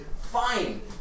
fine